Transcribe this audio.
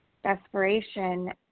desperation